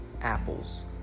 apples